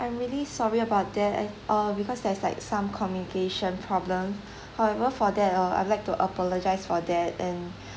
I'm really sorry about that I uh because there's like some communication problem however for that uh I'll like to apologise for that and